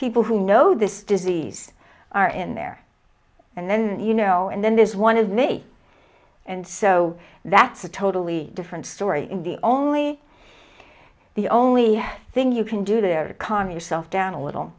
people who know this disease are in there and then you know and then this one is me and so that's a totally different story in the only the only thing you can do there can your self down a little